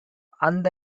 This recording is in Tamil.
அந்த